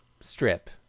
strip